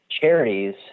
charities